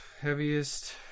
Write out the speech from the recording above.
heaviest